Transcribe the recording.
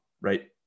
right